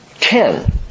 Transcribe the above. ten